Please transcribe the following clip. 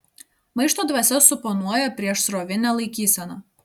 maišto dvasia suponuoja priešsrovinę laikyseną